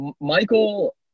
Michael